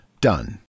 Done